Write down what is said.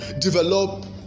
develop